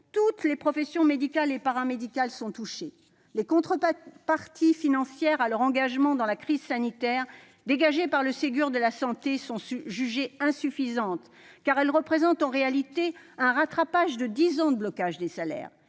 Toutes les professions médicales et paramédicales sont touchées. Les contreparties financières à leur engagement dans la crise sanitaire dégagées par le Ségur de la santé sont jugées insuffisantes, car elles représentent en réalité un rattrapage de dix ans de blocage des salaires.